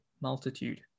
multitude